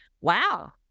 Wow